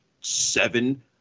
seven